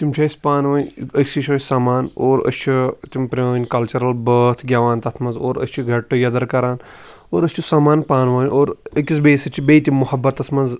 تِم چھِ أسۍ پانہِ ؤنۍ أکسٕے جایہِ سَمان اورأسۍ چھِ تِم پرٲنۍ کَلچرَل بٲتھ گیٚوان تَتھ مَنٛز اور أسۍ چھِ گیٚٹ ٹُگیٚدَر کَران اور أسۍ چھِ سَمان پانہٕ ؤنۍ اور أکِس بیٚیِس سۭتۍ چھِ بیٚیہِ تہِ مُحَبَّتَس مَنٛز